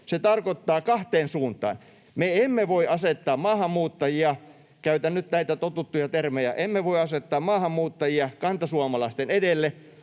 Se tarkoittaa kahteen suuntaan: Me emme voi asettaa maahanmuuttajia — käytän nyt näitä totuttuja termejä — kantasuomalaisten edelle,